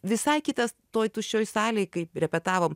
visai kitas toj tuščioj salėj kaip repetavom